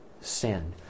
sin